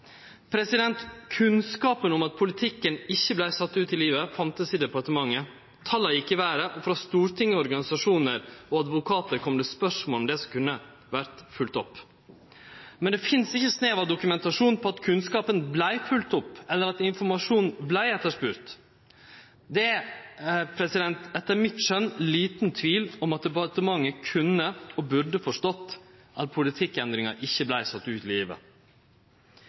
løysast. Kunnskapen om at politikken ikkje vart sett ut i livet, fanst i departementet. Tala gjekk i veret, og frå Stortinget, organisasjonar og advokatar kom det spørsmål om det som kunne vore følgt opp. Men det finst ikkje snev av dokumentasjon på at kunnskapen vart følgd opp, eller at informasjonen vart etterspurd. Det er etter mitt skjønn liten tvil om at departementet kunne og burde forstått at politikkendringa ikkje vart sett ut i livet.